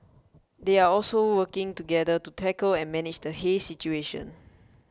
they are also working together to tackle and manage the haze situation